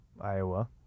iowa